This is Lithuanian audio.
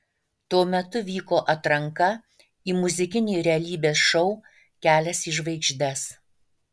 tuo metu vyko atranka į muzikinį realybės šou kelias į žvaigždes